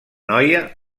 noia